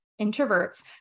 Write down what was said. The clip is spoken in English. introverts